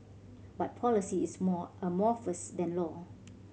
but policy is more amorphous than law